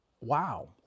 wow